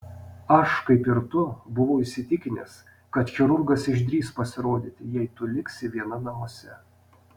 aš kaip ir tu buvau įsitikinęs kad chirurgas išdrįs pasirodyti jei tu liksi viena namuose